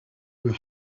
will